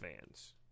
fans